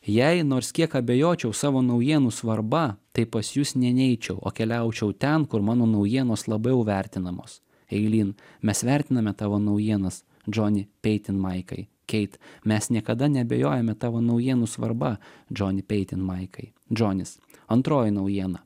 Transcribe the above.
jei nors kiek abejočiau savo naujienų svarba tai pas jus nė neičiau o keliaučiau ten kur mano naujienos labiau vertinamos eilyn mes vertiname tavo naujienas džoni peitinmaikai keit mes niekada neabejojame tavo naujienų svarba džoni peitinmaikai džonis antroji naujiena